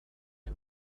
him